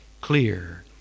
clear